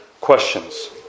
questions